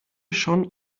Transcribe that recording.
schon